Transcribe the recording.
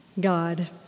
god